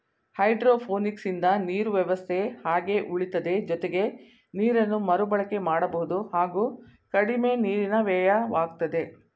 ಹೈಡ್ರೋಪೋನಿಕ್ಸಿಂದ ನೀರು ವ್ಯವಸ್ಥೆ ಹಾಗೆ ಉಳಿತದೆ ಜೊತೆಗೆ ನೀರನ್ನು ಮರುಬಳಕೆ ಮಾಡಬಹುದು ಹಾಗೂ ಕಡಿಮೆ ನೀರಿನ ವ್ಯಯವಾಗ್ತದೆ